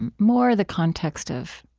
and more the context of